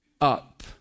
up